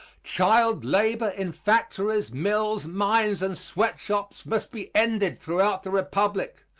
child labor in factories mills, mines and sweat-shops must be ended throughout the republic.